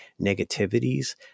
negativities